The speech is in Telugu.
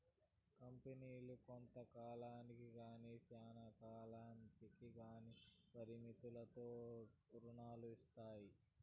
కంపెనీలు కొంత కాలానికి గానీ శ్యానా కాలంకి గానీ పరిమితులతో రుణాలు ఇత్తాయి